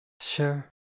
Sure